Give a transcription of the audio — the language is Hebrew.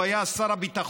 הוא היה אז שר הביטחון,